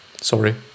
Sorry